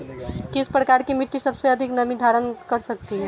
किस प्रकार की मिट्टी सबसे अधिक नमी धारण कर सकती है?